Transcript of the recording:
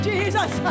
Jesus